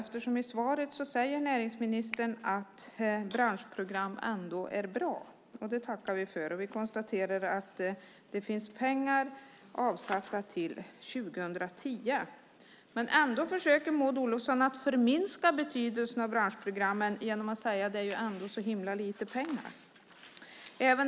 I svaret säger näringsministern att branschprogram ändå är bra. Det tackar vi för. Vi konstaterar att det finns pengar avsatta till år 2010. Ändå försöker Maud Olofsson att förminska betydelsen av branschprogrammen genom att säga att det är så lite pengar.